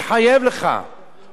הוא אומר: אבל בית-משפט פסק.